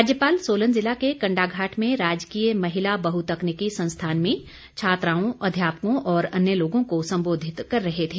राज्यपाल सोलन जिला के कंडाघाट में राजकीय महिला बह तकनीकी संस्थान में छात्राओं अध्यापकों और अन्य लोगों को संबोधित कर रहे थे